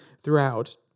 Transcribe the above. throughout